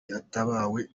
yatabawe